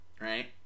right